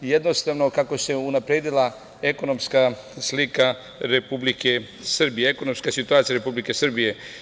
Jednostavno, kako se unapredila ekonomska slika Republike Srbije, ekonomska situacija Republike Srbije.